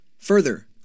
Further